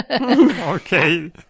Okay